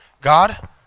God